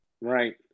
Right